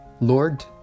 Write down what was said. Lord